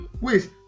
wait